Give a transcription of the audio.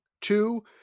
Two